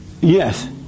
Yes